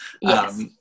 Yes